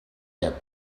yet